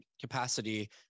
capacity